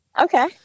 Okay